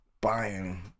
buying